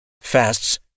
fasts